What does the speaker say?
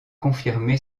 confirmé